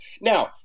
Now